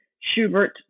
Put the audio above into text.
Schubert